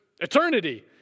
eternity